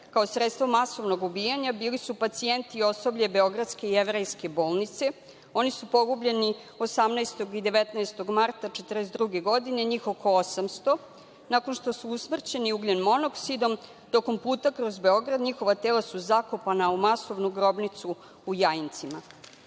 kao sredstvo masovnog ubijanja bili su pacijenti i osoblje beogradske jevrejske bolnice. Oni su pogubljeni 18. i 19. marta 1942. godine, njih oko 800. Nakon što su usmrćeni ugljen-monoksidom tokom puta kroz Beograd njihova tela su zakopana u masovnu grobnicu u Jajincima. Ova